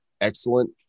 excellent